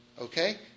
Okay